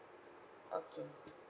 okay